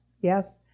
yes